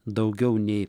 daugiau nei